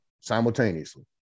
Simultaneously